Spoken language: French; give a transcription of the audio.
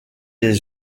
des